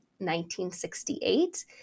1968